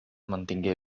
mantingué